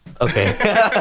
Okay